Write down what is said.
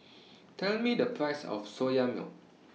Tell Me The Price of Soya Milk